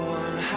one